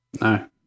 no